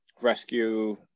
rescue